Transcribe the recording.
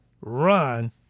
run